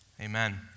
Amen